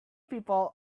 people